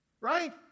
Right